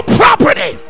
property